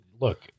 Look